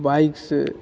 bike Se